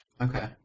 Okay